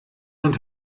und